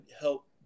help